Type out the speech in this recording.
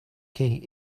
key